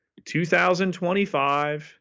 2025